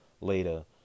later